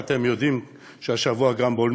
אני אוהב את אימא שלי עם החיג'אב, אני גאה בה.